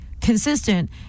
consistent